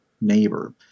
neighbor